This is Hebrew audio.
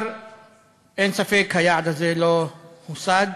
אין ספק שהיעד הזה לא הושג.